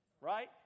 Right